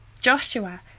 Joshua